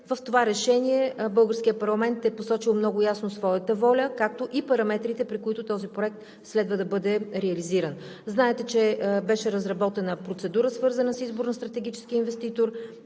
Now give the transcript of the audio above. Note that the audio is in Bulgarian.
В това решение българският парламент е посочил много ясно своята воля, както и параметрите, при които този проект следва да бъде реализиран. Знаете, че беше разработена процедура, свързана с избор на стратегически инвеститор,